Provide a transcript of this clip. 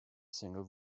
single